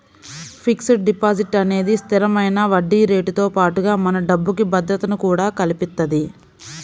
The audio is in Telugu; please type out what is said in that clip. ఫిక్స్డ్ డిపాజిట్ అనేది స్థిరమైన వడ్డీరేటుతో పాటుగా మన డబ్బుకి భద్రతను కూడా కల్పిత్తది